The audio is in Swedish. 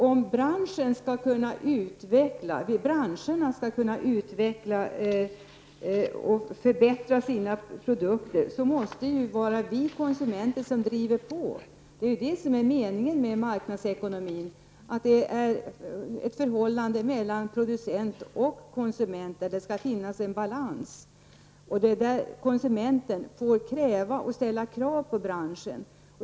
Om branscherna skall kunna utveckla och förbättra sina produkter, så måste det ju vara vi konsumenter som driver på. Det är ju det som är meningen med marknadsekonomin — det skall råda ett balanserat förhållande mellan producent och konsument. Där skall konsumenten ställa krav på branschen.